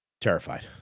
Terrified